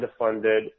underfunded